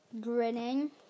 grinning